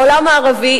העולם הערבי,